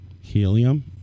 Helium